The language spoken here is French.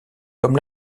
comme